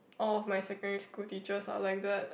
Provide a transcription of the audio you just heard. all my secondary school teachers are like that